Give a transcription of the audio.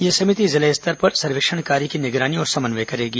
यह समिति जिला स्तर पर सर्वेक्षण कार्य की निगरानी और समन्वय करेंगी